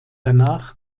danach